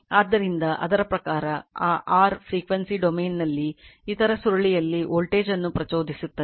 ಆದ್ದರಿಂದ ಅದರ ಪ್ರಕಾರ ಆ r frequency ಡೊಮೇನ್ನಲ್ಲಿ ಇತರ ಸುರುಳಿಯಲ್ಲಿ ವೋಲ್ಟೇಜ್ ಅನ್ನು ಪ್ರಚೋದಿಸುತ್ತದೆ